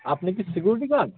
আপনি কি security guard